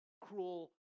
cruel